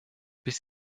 bis